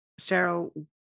cheryl